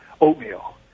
oatmeal